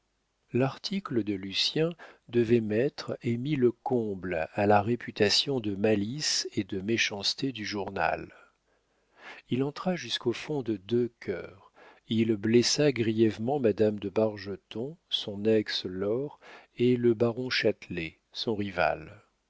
l'article de lucien devait mettre et mit le comble à la réputation de malice et de méchanceté du journal il entra jusqu'au fond de deux cœurs il blessa grièvement madame de bargeton son ex laure et le baron châtelet son rival